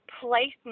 Placement